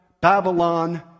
Babylon